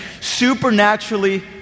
supernaturally